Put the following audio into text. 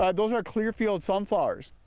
um those are clearfield sunflowers,